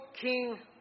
king